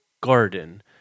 Garden